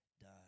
done